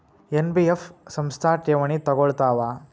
NBF ಸಂಸ್ಥಾ ಠೇವಣಿ ತಗೋಳ್ತಾವಾ?